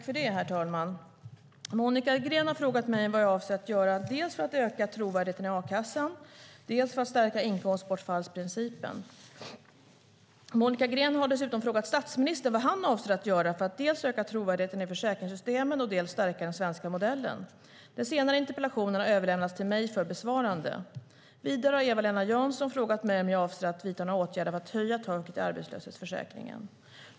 Herr talman! Monica Green har frågat mig vad jag avser att göra dels för att öka trovärdigheten i a-kassan, dels för att stärka inkomstbortfallsprincipen. Monica Green har dessutom frågat statsministern vad han avser att göra för att dels öka trovärdigheten i försäkringssystemen, dels stärka den svenska modellen. Den senare interpellationen har överlämnats till mig för besvarande. Vidare har Eva-Lena Jansson frågat mig om jag avser att vidta några åtgärder för att höja taket i arbetslöshetsförsäkringen.